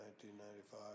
1995